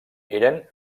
eren